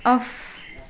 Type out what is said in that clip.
off